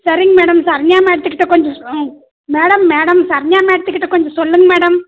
சரிங்க மேடம் சரண்யா மேடத்துக்கிட்ட கொஞ்சம் மேடம் மேடம் சரண்யா மேடத்துக்கிட்ட கொஞ்சம் சொல்லுங்கள் மேடம்